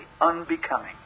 unbecoming